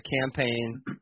campaign